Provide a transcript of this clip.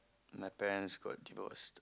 my parents got divorced